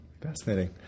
Fascinating